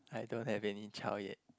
I don't have any child yet